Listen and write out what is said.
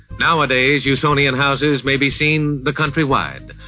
nowadays, usonian houses may be seen the countrywide.